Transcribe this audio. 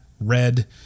red